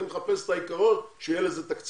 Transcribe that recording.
אני מחפש את העיקרון שיהיה לזה תקציב,